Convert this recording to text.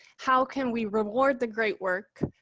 how can we reward the great work.